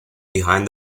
behind